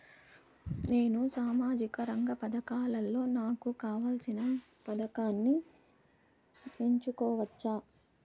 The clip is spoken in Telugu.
నేను సామాజిక రంగ పథకాలలో నాకు కావాల్సిన పథకాన్ని ఎన్నుకోవచ్చా?